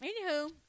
anywho